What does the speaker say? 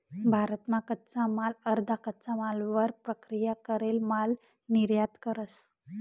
भारत मा कच्चा माल अर्धा कच्चा मालवर प्रक्रिया करेल माल निर्यात करस